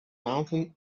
mountain